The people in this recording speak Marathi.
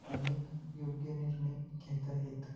अनेक योग्य निर्णय घेत आहेत